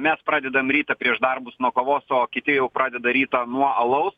mes pradedam rytą prieš darbus nuo kavos o kiti jau pradeda rytą nuo alaus